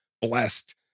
blessed